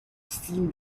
seen